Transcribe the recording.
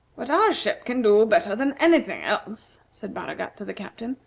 what our ship can do better than any thing else, said baragat to the captain,